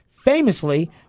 famously